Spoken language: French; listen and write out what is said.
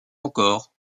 encore